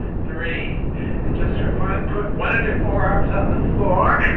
three and just for fun put one of your forearms on the floor.